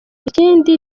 ikindi